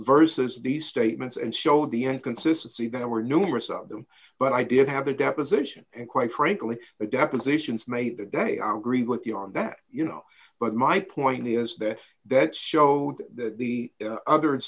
versus these statements and show the inconsistency there were numerous of them but i did have a deposition and quite frankly the depositions made the day i agree with you on that you know but my point is that that show that the other